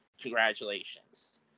Congratulations